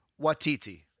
Watiti